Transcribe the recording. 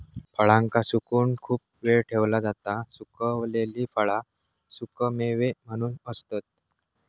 फळांका सुकवून खूप वेळ ठेवला जाता सुखवलेली फळा सुखेमेवे म्हणून असतत